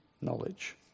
knowledge